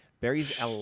Barry's